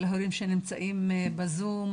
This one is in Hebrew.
להורים שנמצאים בזום,